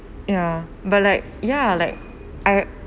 ya but like ya like I